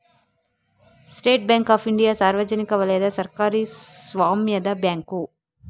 state Bank of India ಸಾರ್ವಜನಿಕ ವಲಯದ ಸರ್ಕಾರಿ ಸ್ವಾಮ್ಯದ ಬ್ಯಾಂಕು